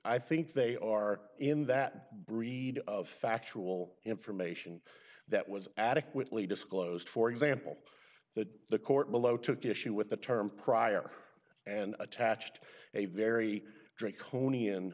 i think they are in that breed of factual information that was adequately disclosed for example that the court below took issue with the term prior and attached a very draconian